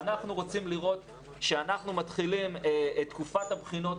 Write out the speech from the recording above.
אנחנו רוצים לראות שאנחנו מתחילים את תקופת הבחינות